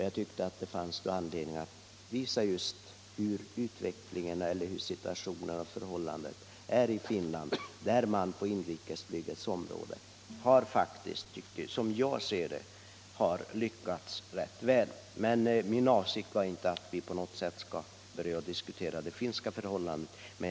Jag tyckte att det fanns anledning att hänvisa till situationen i Finland, där man faktiskt på inrikesflygets område —- som jag ser det — har lyckats rätt väl. Min avsikt var dock inte att vi här skulle börja diskutera förhållandena i Finland.